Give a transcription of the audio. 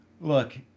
look